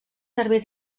servir